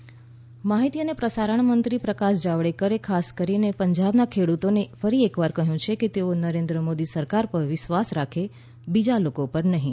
જાવડેકર ખેડૂત માહિતી અને પ્રસારણ મંત્રી પ્રકાશ જાડવેકરે ખાસ કરીને પંજાબના ખેડૂતોને ફરી એકવાર કહ્યું છે કે તેઓ નરેન્દ્ર મોદી સરકાર પર વિશ્વાસ રાખે બીજા લોકો પર નહીં